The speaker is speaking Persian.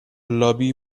لابی